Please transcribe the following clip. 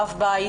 אב בית